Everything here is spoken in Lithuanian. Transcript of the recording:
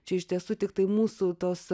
čia iš tiesų tiktai mūsų tos